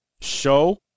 show